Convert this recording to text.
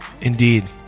indeed